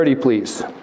please